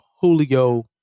Julio